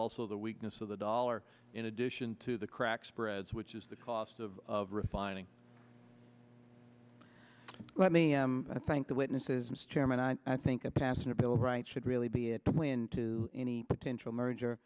also the weakness of the dollar in addition to the crack spreads which is the cost of refining let me em i thank the witnesses chairman and i think a passenger bill of rights should really be a twin to any potential merger